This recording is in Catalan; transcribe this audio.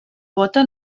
bóta